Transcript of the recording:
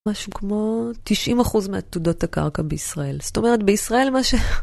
משהו כמו 90 אחוז מעתודות הקרקע בישראל, זאת אומרת בישראל מה ש...